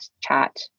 chat